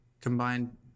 combined